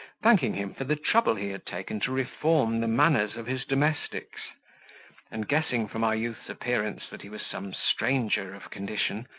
thanking him for the trouble he had taken to reform the manners of his domestics and guessing from our youth's appearance that he was some stranger of condition,